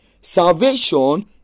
salvation